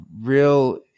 real